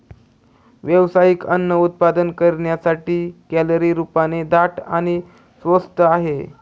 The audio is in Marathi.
व्यावसायिक अन्न उत्पादन करण्यासाठी, कॅलरी रूपाने दाट आणि स्वस्त आहे